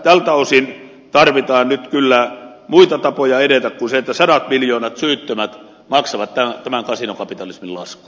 tältä osin tarvitaan nyt kyllä muita tapoja edetä kuin se että sadat miljoonat syyttömät maksavat tämän kasinokapitalismin laskua